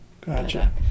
Gotcha